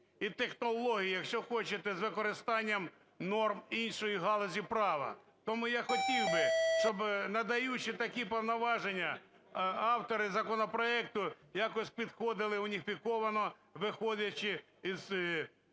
і технологій, якщо хочете, з використанням норм іншої галузі права. Тому я хотів би, щоб, надаючи такі повноваження, автори законопроекту якось підходили уніфіковано, виходячи із